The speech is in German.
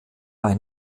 bei